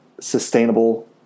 sustainable